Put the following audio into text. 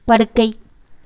படுக்கை